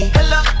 Hello